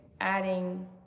adding